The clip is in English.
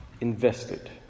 invested